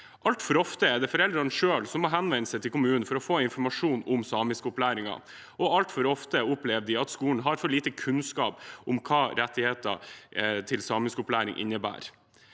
Altfor ofte er det foreldrene selv som må henvende seg til kommunen for å få informasjon om samiskopplæringen, og altfor ofte opplever man at skolen har for lite kunnskap om hva rettighetene til samiskopplæring innebærer.